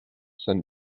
sent